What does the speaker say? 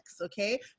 okay